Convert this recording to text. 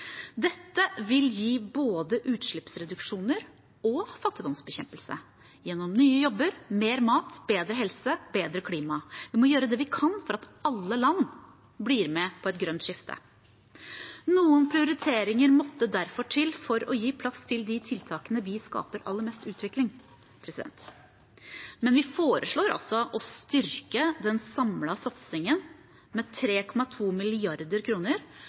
Dette vil gi både utslippsreduksjoner og fattigdomsbekjempelse, gjennom nye jobber, mer mat, bedre helse, bedre klima. Vi må gjøre det vi kan for at alle land blir med på et grønt skifte. Noen prioriteringer måtte derfor til for å gi plass til de tiltakene vi mener skaper mest utvikling. Men vi foreslår altså å styrke den samlede satsingen med 3,2